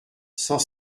cent